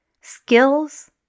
skills